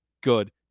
good